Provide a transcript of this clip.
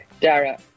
Dara